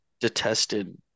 detested